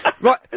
Right